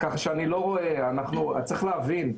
צריך להבין,